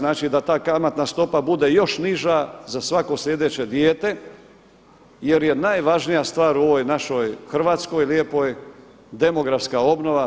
Znači da ta kamatna stopa bude još niža za svako sljedeće dijete, jer je najvažnija stvar u ovoj našoj Hrvatskoj lijepoj demografska obnova.